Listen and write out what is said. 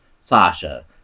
Sasha